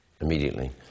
immediately